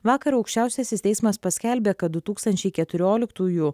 vakar aukščiausiasis teismas paskelbė kad du tūkstančiai keturioliktųjų